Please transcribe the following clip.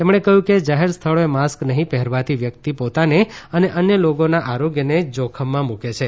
તેમણે કહ્યું છે કે જાહેર સ્થળોએ માસ્ક નહીં પહેરવાથી વ્યક્તિ પોતાને અને અન્ય લોકોના આરોગ્યને જોખમમાં મુકે છે